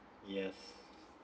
yes